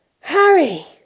Harry